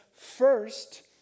First